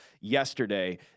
yesterday